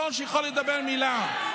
אתה האחרון שיכול לדבר מילה.